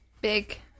big